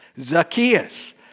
Zacchaeus